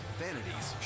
vanities